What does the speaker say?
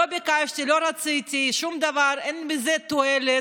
לא ביקשתי, לא רציתי, שום דבר, אין בזה תועלת.